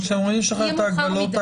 אבל כשאומרים לשחרר את ההגבלות,